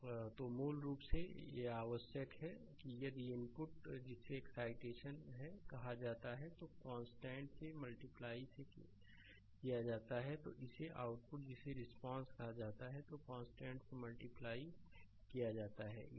slide समय देखें 0019 तो मूल रूप से यह आवश्यक है कि यदि इनपुट जिसे एक्साटेशन है कहा जाता है तो कांस्टेंट से मल्टीप्लाई से किया जाता है तो इसे आउटपुट जिसे रिस्पांस कहा जाता है कांस्टेंट से मल्टीप्लाई से किया जाता है